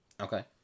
okay